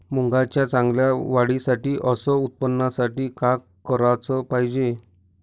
मुंगाच्या चांगल्या वाढीसाठी अस उत्पन्नासाठी का कराच पायजे?